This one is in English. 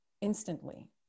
instantly